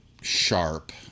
sharp